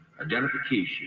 identification